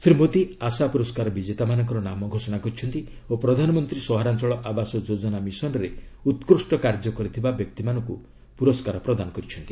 ଶ୍ରୀ ମୋଦି ଆଶା ପୁରସ୍କାର ବିଜେତାମାନଙ୍କର ନାମ ଘୋଷଣା କରିଛନ୍ତି ଓ ପ୍ରଧାନମନ୍ତ୍ରୀ ସହରାଞ୍ଚଳ ଆବାସ ଯୋଜନା ମିଶନରେ ଉତ୍କୁଷ୍ଟ କାର୍ଯ୍ୟ କରିଥିବା ବ୍ୟକ୍ତିମାନଙ୍କୁ ପୁରସ୍କାର ପ୍ରଦାନ କରିଛନ୍ତି